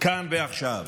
כאן ועכשיו,